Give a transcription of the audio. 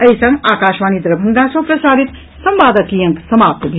एहि संग आकाशवाणी दरभंगा सँ प्रसारित संवादक ई अंक समाप्त भेल